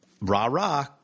rah-rah